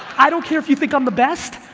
i don't care if you think i'm the best,